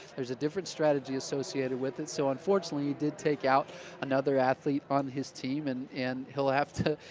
there's a different strategy associated with it so unfortunately he did take out another athlete on his team and and he'll have to,